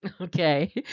Okay